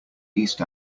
east